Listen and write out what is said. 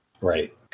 Right